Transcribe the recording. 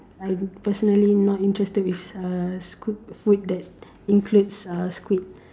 I personally not interested with uh sq~ food that includes uh squid